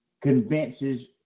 convinces